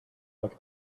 like